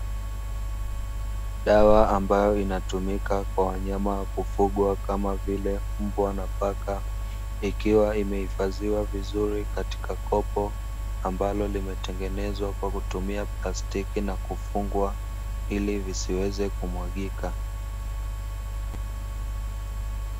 Dawa ambayo inatumika kwa wanyama wa kufuga kama vile mbwa na paka, ikiwa imehifadhiwa vizuri katika kopo ambalo limetengenezwa kwa kutumia plastiki na kufungwa, ili visiweze kumwagika.